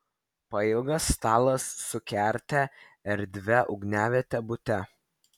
pailgas stalas su kerte erdvia ugniaviete bute